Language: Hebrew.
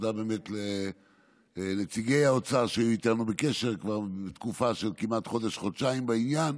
תודה לנציגי האוצר שאיתנו בקשר כבר תקופה של כמעט חודש-חודשיים בעניין,